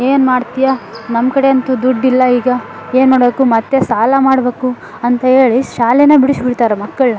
ಏನು ಮಾಡ್ತೀಯ ನಮ್ಮ ಕಡೆ ಅಂತೂ ದುಡ್ಡಿಲ್ಲ ಈಗ ಏನು ಮಾಡಬೇಕು ಮತ್ತೆ ಸಾಲ ಮಾಡಬೇಕು ಅಂತ ಹೇಳಿ ಶಾಲೇನ ಬಿಡಿಸ್ಬಿಡ್ತಾರ ಮಕ್ಕಳನ್ನ